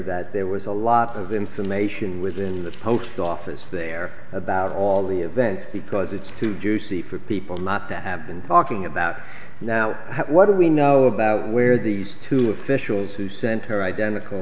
that there was a lot of information within the post office there about all the events because it's too juicy for people not to have been talking about now what do we know about where these two officials who center identical